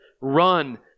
run